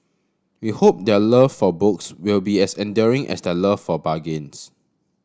we hope their love for books will be as enduring as their love for bargains